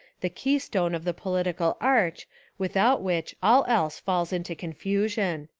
the keystone of the political arch without which all else falls into confusion.